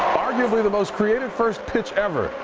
arguably the most creative first pitch ever.